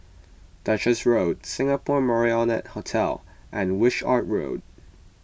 Duchess Road Singapore Marriott Hotel and Wishart Road